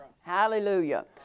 Hallelujah